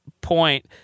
point